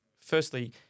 firstly